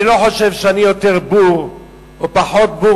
אני לא חושב שאני יותר בור או פחות בור